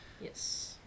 Yes